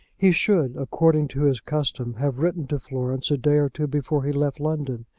he should, according to his custom, have written to florence a day or two before he left london,